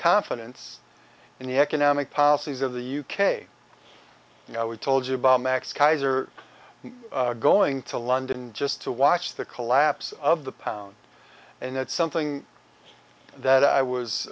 confidence in the economic policies of the u k we told you about max kaiser going to london just to watch the collapse of the pound and that's something that i was